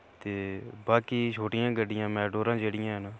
ते बाकी छोटियां गड्डियां मैटाडोरां बी जेह्ड़ियां हैन